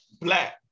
black